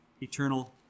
eternal